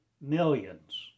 millions